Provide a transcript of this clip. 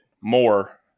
more